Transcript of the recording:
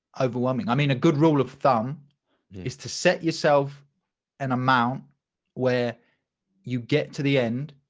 overwhelming. i mean, a good rule of thumb is to set yourself an amount where you get to the end,